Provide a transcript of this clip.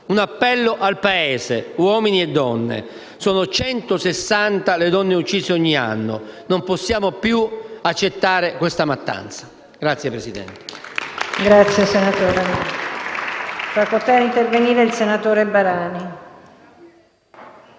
un appello al Paese, uomini e donne: sono 160 le donne uccise ogni anno, non possiamo più accettare questa mattanza.